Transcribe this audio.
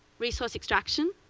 resource extraction,